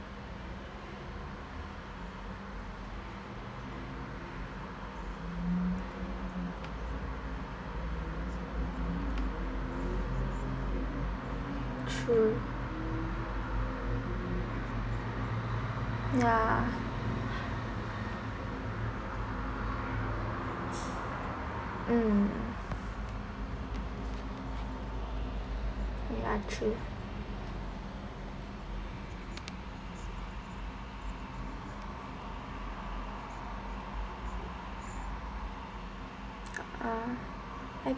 true ya mm ya true ah I